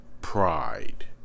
pride